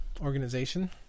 organization